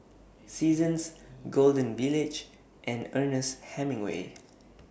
Seasons Golden Village and Ernest Hemingway